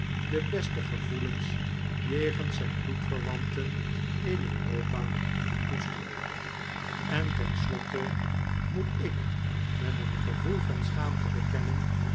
de beste gevoelens jegens zijn bloedverwanten in europa koesterde en ten slotte moet ik met een gevoel van schaamte bekennen